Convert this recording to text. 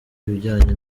ibijyanye